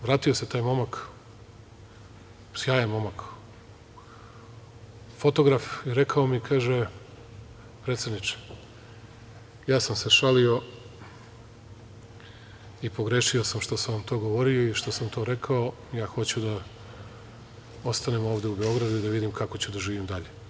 Vratio se taj momak, sjajan momak, fotograf, i kaže – predsedniče, ja sam se šalio i pogrešio sam što sam vam to govorio i što sam to rekao, ja hoću da ostanem ovde u Beogradu i da vidim kako ću da živim dalje.